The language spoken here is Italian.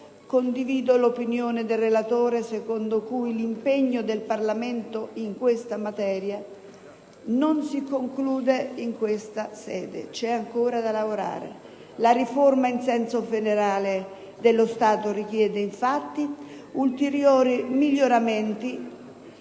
condivido l'opinione del relatore, secondo cui l'impegno del Parlamento in questa materia non si conclude in questa sede: c'è ancora da lavorare e la riforma in senso federale dello Stato richiede infatti ulteriori miglioramenti